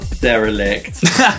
Derelict